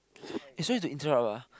eh sorry to interrupt ah